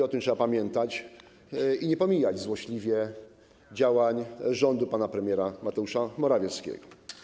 O tym trzeba pamiętać i nie pomijać złośliwie działań rządu pana premiera Mateusza Morawieckiego.